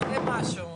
זה משהו.